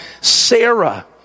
Sarah